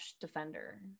defender